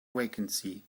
vacancy